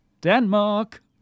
Denmark